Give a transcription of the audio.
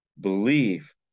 believe